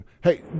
Hey